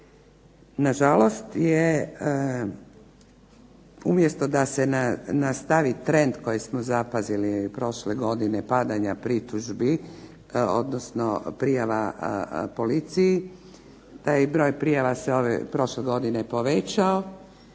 nažalost je umjesto da se nastavi trend koji smo zapazili prošle godine padanja pritužbi odnosno prijava policiji. Taj broj prijava se prošle godine povećao,